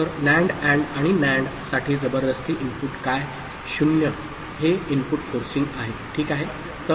तर NAND AND आणि NAND साठी जबरदस्ती इनपुट काय 0 हे इनपुट फोर्सिंग आहे ठीक आहे